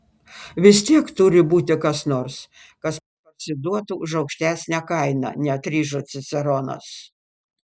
vis tiek turi būti kas nors kas parsiduotų už aukštesnę kainą neatlyžo ciceronas